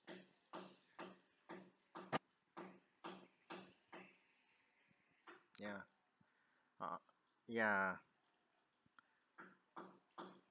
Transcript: ya uh ya